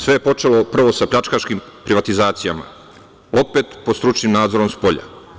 Sve je počelo prvo sa pljačkaškim privatizacijama, a opet pod stručnim nadzorom spolja.